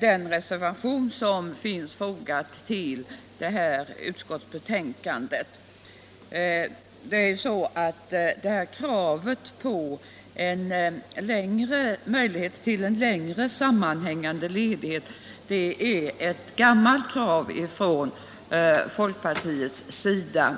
den reservation = Rätt till längre som finns fogad till detta utskottsbetänkande. Kravet på möjlighet till sammanhängande längre sammanhängande ledighet är ett gammalt krav från folkpartiets = ledighet sida.